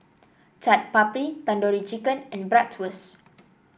Chaat Papri Tandoori Chicken and Bratwurst